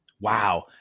Wow